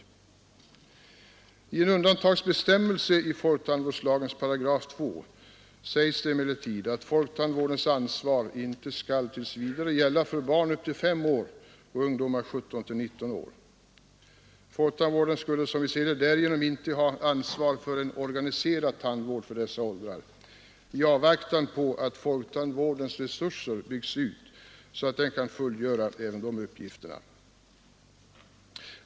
I Måndagen den en undantagsbestämmelse till folktandvårdslagens 2 § sägs emellertid att 21 maj 1973 folktandvårdens ansvar tills vidare inte skall gälla för barn upp till 5 år och ungdomar på 17—19 år. Folktandvården skulle, som vi ser det, därigenom inte ha ansvar för en organiserad tandvård för dessa åldersgrupper i avvaktan på att folktandvårdens resurser byggts ut så att den kan fullgöra även de uppgifterna.